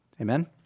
Amen